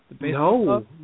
No